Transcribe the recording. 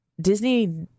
disney